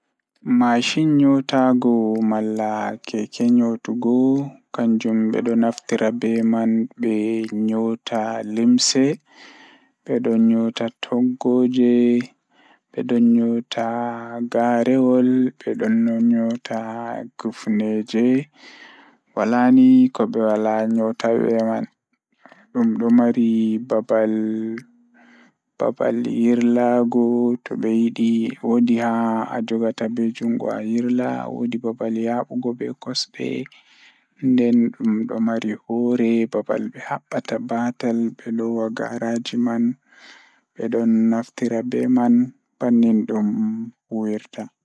Máyusinii sewii o waɗa laawol jaɓɓude waɗtoore maɓɓe hoore. Ko hoore ngal o waɗa naŋŋude laawol jaɓɓude.